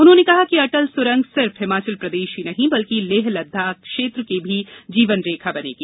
उन्होंने कहा कि अटल सुरंग सिर्फ हिमाचल प्रदेश ही नहीं बल्कि लेह लद्दाख क्षेत्र की भी जीवनरेखा बनेगी